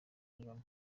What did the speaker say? kagame